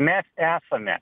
mes esame